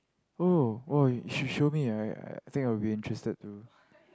oh oh she showed me I I think I will be interested too